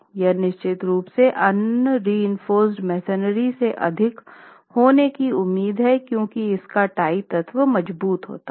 यह निश्चित रूप से अनरीइंफोर्स्ड मेसनरी से अधिक होने की उम्मीद है क्यूंकि इसका टाई तत्व मज़बूत होता है